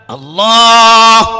Allah